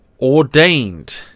Ordained